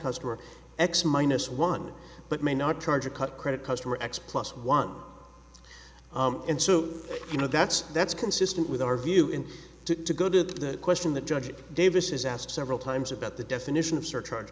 customer x minus one but may not charge a cut credit customer x plus one and so you know that's that's consistent with our view and to go to the question that judge davis has asked several times about the definition of surcharge